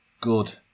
good